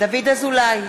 דוד אזולאי,